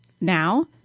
now